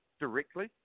directly